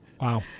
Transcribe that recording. Wow